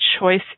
choice